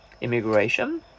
immigration